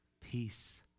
peace